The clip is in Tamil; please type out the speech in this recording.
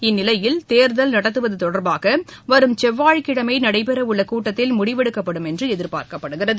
இந்நிலையில் தேர்தல் நடத்துவதுதொடர்பாகவரும் செவ்வாய்கிழமைநடைபெறவுள்ளகூட்டத்தில் முடிவெடுக்கப்படும் என்றுஎதிர்பார்க்கப்படுகிறது